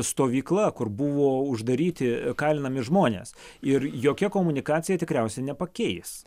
stovykla kur buvo uždaryti kalinami žmonės ir jokia komunikacija tikriausiai nepakeis